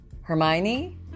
Hermione